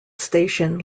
station